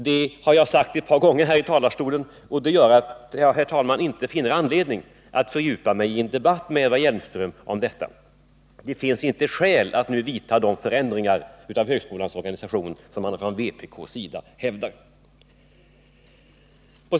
Det har jag sagt ett par gånger här från talarstolen, och det gör, herr talman, att jag inte finner anledning att fördjupa migi en debatt med Eva Hjelmström om detta. Det finns inte skäl att nu vidta de förändringar av högskolans organisation som man från vpk:s sida hävdar bör ske.